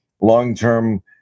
long-term